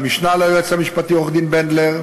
למשנה ליועצת המשפטית עורכת-דין בנדלר,